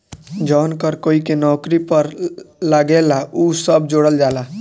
जवन कर कोई के नौकरी पर लागेला उ सब जोड़ल जाला